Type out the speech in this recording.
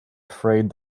afraid